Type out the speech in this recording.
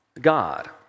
God